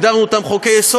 שהגדרנו אותם כחוקי-יסוד,